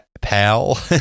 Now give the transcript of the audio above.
pal